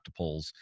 octopoles